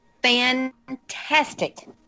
fantastic